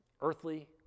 earthly